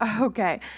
Okay